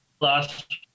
last